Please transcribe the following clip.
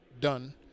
done